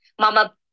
Mama